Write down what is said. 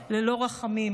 בהם ללא רחמים.